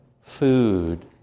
food